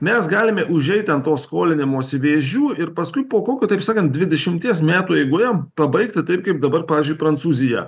mes galime užeiti ant to skolinimosi vėžių ir paskui po kokio taip sakant dvidešimties metų eigoje pabaigti taip kaip dabar pavyzdžiui prancūzija